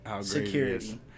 security